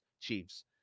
Chiefs